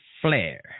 flare